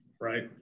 right